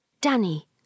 Danny